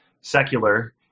Secular